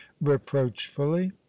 reproachfully